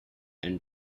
and